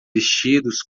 vestidos